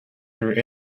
through